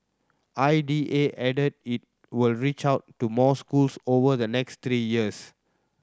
I D A added it will reach out to more schools over the next three years